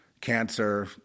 cancer